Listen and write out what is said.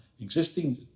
existing